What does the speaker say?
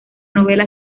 novela